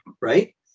right